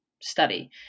study